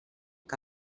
que